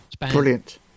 Brilliant